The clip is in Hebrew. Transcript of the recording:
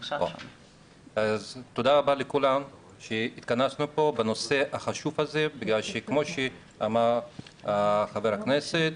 ותודה רבה לכולם שהתכנסנו פה בנושא החשוב הזה בגלל שכמו שאמר חבר הכנסת,